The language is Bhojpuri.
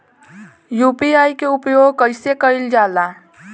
यू.पी.आई के उपयोग कइसे कइल जाला?